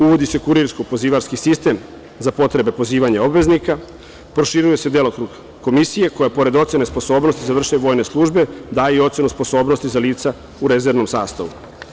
Uvodi se kurirsko-pozivarski sistem za potrebe pozivanja obveznika, proširuje se delokrug komisije koja pored ocene sposobnosti za vršenje vojne službe daje i ocenu sposobnosti za lica u rezervnom sastavu.